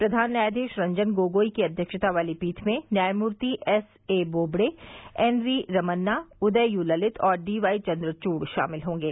प्रधान न्यायाधीश रंजन गोगोई की अध्यक्षता वाली पीठ में न्यायमूर्ति एसएबोड्डे N V Ramana Uday you Lalit और डीवाईचंद्रचूड़ शामिल होंगे